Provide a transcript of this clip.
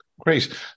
Great